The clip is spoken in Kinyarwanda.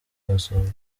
agasohoka